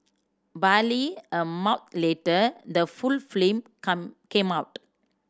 barely a month later the full film come came out